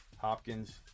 Hopkins